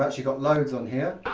actually got loads on here.